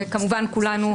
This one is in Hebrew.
וכמובן כולנו,